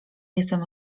jestem